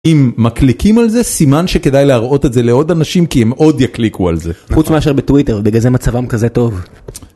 אם מקליקים על זה סימן שכדאי להראות את זה לעוד אנשים כי הם עוד יקליקו על זה חוץ מאשר בטוויטר בגלל זה מצבם כזה טוב.